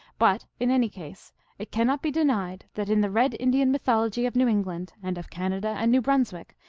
but in any case it cannot be denied that in the red indian mythology of new england, and of canada and new bruns wick,